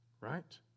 Right